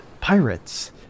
pirates